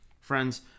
friends